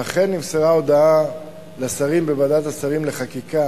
אכן נמסרה הודעה לשרים בוועדת השרים לחקיקה